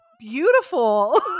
beautiful